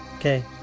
Okay